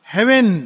Heaven